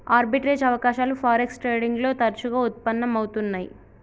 arbitrage అవకాశాలు forex trading లో తరచుగా వుత్పన్నం అవుతున్నై